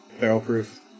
barrel-proof